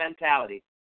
mentality